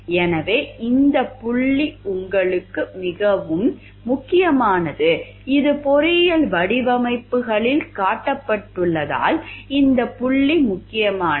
எனவே இந்த புள்ளி உங்களுக்கு மிகவும் முக்கியமானது இது பொறியியல் வடிவமைப்புகளில் காட்டப்படுவதால் இந்த புள்ளி முக்கியமானது